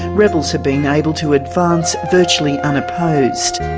rebels have been able to advance virtually unopposed.